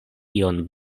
ion